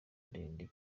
ndende